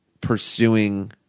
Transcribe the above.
pursuing